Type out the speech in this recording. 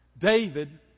David